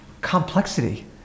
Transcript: complexity